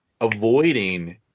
avoiding